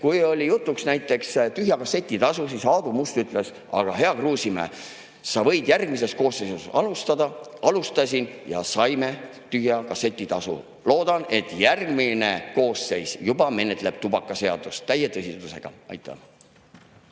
Kui oli jutuks näiteks tühja kasseti tasu, siis Aadu Must ütles: "Aga, hea Kruusimäe, sa võid järgmises koosseisus alustada." Alustasin, ja saime tühja kasseti tasu. Loodan, et järgmine koosseis juba menetleb tubakaseadust täie tõsidusega. Aitäh!